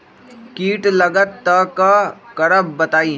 कीट लगत त क करब बताई?